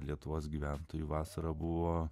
lietuvos gyventojų vasarą buvo